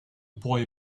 boy